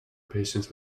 patients